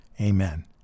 Amen